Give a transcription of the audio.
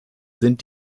sind